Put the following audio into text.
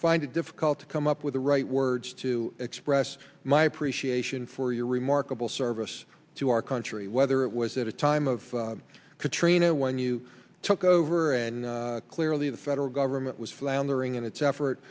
find it difficult to come up with the right words to express my appreciation for your remarkable service to our country whether it was at a time of katrina when you took over and clearly the federal government was floundering in its